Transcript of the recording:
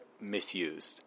misused